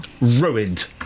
ruined